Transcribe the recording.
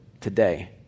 today